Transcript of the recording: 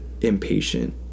Impatient